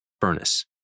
furnace